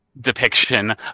depiction